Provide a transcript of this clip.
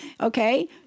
okay